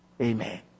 Amen